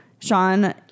Sean